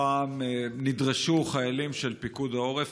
הפעם נדרשו חיילים של פיקוד העורף,